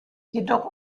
jedoch